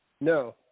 No